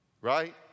Right